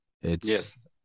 Yes